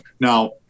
Now